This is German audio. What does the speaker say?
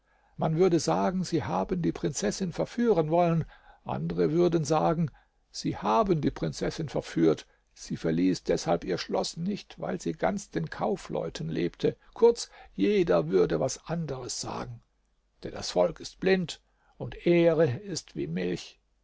man würde sagen sie haben die prinzessin verführen wollen andere würden sagen sie haben die prinzessin verführt sie verließ deshalb ihr schloß nicht weil sie ganz den kaufleuten lebte kurz jeder würde was anderes sagen denn das volk ist blind und ehre ist wie milch